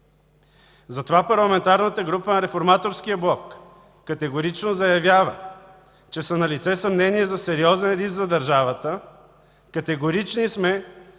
Затова Парламентарната група на Реформаторския блок категорично заявява, че са налице съмнения за сериозен риск за държавата. Категорични сме,